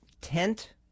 tent